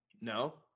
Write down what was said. no